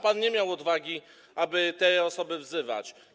Pan nie miał odwagi, aby te osoby wzywać.